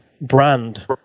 brand